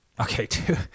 Okay